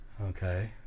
Okay